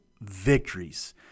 victories